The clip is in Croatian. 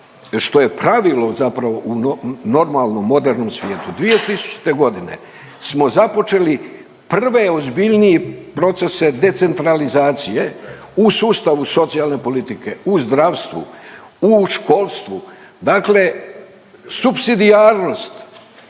što je pravilo zapravo u normalnom modernom svijetu. 2000.g. smo započeli prvo ozbiljnije procese decentralizacije u sustavu socijalne politike, u zdravstvu, u školstvu dakle supsidijarnost